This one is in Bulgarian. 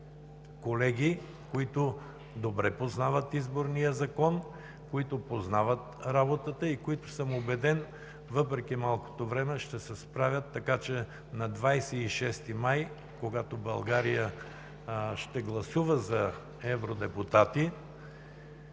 колеги, които добре познават Изборния закон, които познават работата и които съм убеден, че въпреки малкото време ще се справят, така че на 26 май, когато България ще гласува за евродепутати,